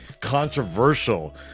controversial